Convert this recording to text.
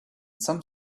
some